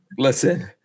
Listen